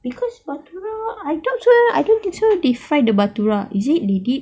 because bhatoora I not sure I don't think so they fried the bhatoora is it they did